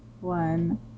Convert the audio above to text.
one